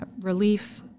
relief